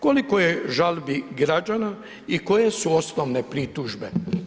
Koliko je žalbi građana i koje su osnovne pritužbe?